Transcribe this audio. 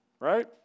right